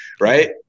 right